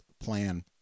plan